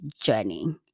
journey